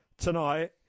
Tonight